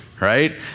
right